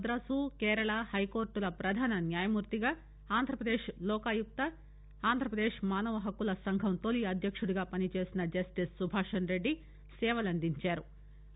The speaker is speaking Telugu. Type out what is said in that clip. మద్రాసు కేరళ హైకోర్టుల ప్రధాన న్యాయమూర్తిగా ఆంధ్రప్రదేశ్ లోకాయుక్తగా ఆంధ్రప్రదేశ్ మానవహక్కుల సంఘం తొలి అధ్యకునిగా పనిచేసిన జస్టిస్ సుభాషణ్ రెడ్డి సేవలందించారు